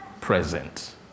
present